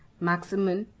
maximin,